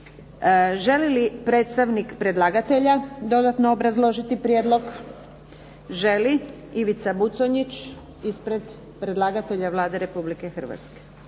Želi li predstavnik predlagatelja dodatno obrazložiti prijedlog? Želi. Ivica Buconjić ispred predlagatelja Vlade Republike Hrvatske.